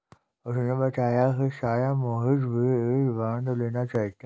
उसने बताया कि शायद मोहित भी एक बॉन्ड लेना चाहता है